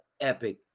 epic